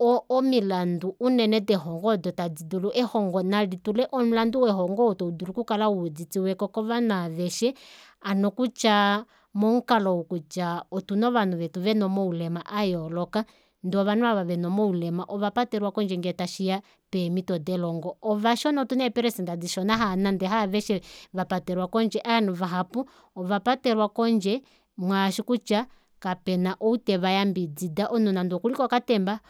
o- o omilandu unene delongo odo tadi dulu ehongo nali tule omulandu welongo oo taudulu okukala wuuditiweko kovanhu aaveshe hano kutya momukalo ou kutya otuna ovanhu vetu vena omaulema ayooloka ndee ovanhu ava vena omaulema ovapatelwa pondje ngeetashiya keemito delongo ovashona outuna eeprecenter dishona nande haaveshe vapatelwa kondje aanhu vahapu ovapatelwa kondje mwaashi kutya kapena ou teva yambidida omunhu nande okuli kokatemba